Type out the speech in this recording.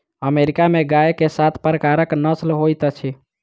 America में गाय के सात प्रकारक नस्ल होइत अछि